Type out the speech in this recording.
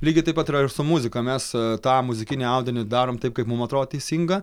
lygiai taip pat yra ir su muzika mes tą muzikinį audinį darom taip kaip mum atrodo teisinga